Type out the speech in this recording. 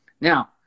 Now